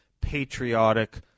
patriotic